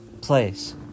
place